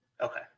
Okay